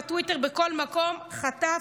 בטוויטר ובכל מקום חטף,